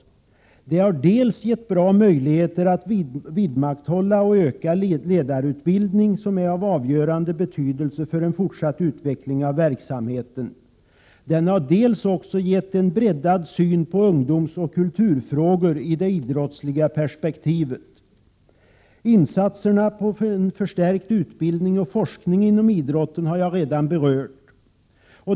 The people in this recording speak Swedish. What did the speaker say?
Detta har dels gett goda möjligheter att vidmakthålla och öka ledarutbildningen, som är av avgörande betydelse för en fortsatt utveckling av verksamheten, dels gett en breddad syn på ungdomsoch kulturfrågor i det idrottsliga perspektivet. Insatserna för en förstärkt utbildning och forskning inom idrotten har jag redan berört.